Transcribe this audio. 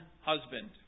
husband